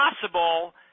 possible